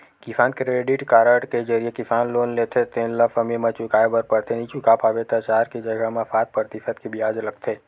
किसान credit card के जरिए किसान लोन लेथे तेन ल समे म चुकाए बर परथे नइ चुका पाबे त चार के जघा म सात परतिसत के बियाज लगथे